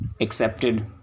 accepted